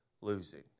losing